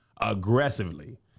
aggressively